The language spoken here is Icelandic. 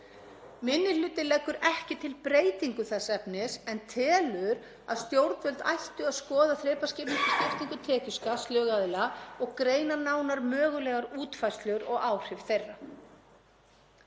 minni hluti leggur ekki til breytingu þess efnis en telur að stjórnvöld ættu að skoða þrepaskiptingu tekjuskatts lögaðila og greina nánar mögulegar útfærslur og áhrif þeirra.